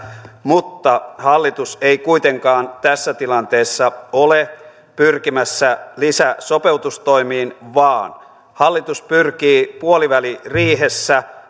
mutta hallitus ei kuitenkaan tässä tilanteessa ole pyrkimässä lisäsopeutustoimiin vaan hallitus pyrkii puoliväliriihessä